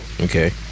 Okay